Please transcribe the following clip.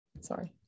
Sorry